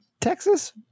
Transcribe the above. Texas